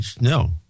No